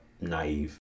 naive